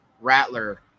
Rattler